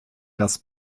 dass